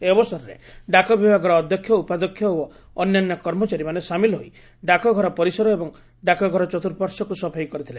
ଏହି ଅବସରରେ ଡାକ ବିଭାଗର ଅଧ୍ୟକ୍ଷଉପାଧ୍ୟକ୍ଷ ଓ ଅନ୍ୟାନ୍ୟ କର୍ମଚାରୀମାନେ ସାମିଲ ହୋଇ ଡାକଘର ପରିସର ଏବଂ ଡାକଘର ଚର୍ତୁପାର୍ଶ୍ୱକୁ ସଫେଇ କରିଥିଲେ